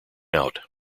out